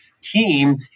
team